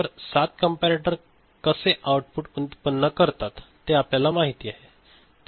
तर 7 कंपॅरटर कसे आउटपुट उत्पन्न करतात ते आपल्याला माहित आहे